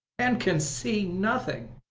and can see nothing!